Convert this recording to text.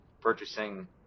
purchasing